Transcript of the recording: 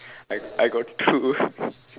I got I got two